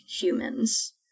humans